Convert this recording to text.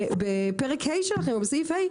בסעיף (ה),